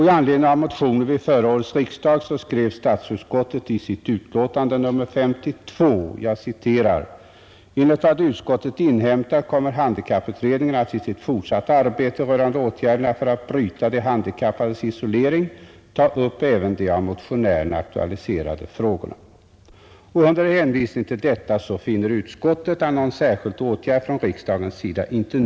I anledning av motionen vid förra årets riksdag skrev statsutskottet i sitt utlåtande nr 52 följande: ”Enligt vad utskottet inhämtat kommer handikapputredningen att i sitt fortsatta arbete rörande åtgärder för att bryta de handikappades isolering ta upp även de av motionärerna aktualiserade frågorna.” Och under hänvisning till detta fann utskottet inte någon särskild åtgärd från riksdagens sida påkallad.